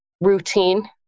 routine